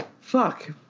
fuck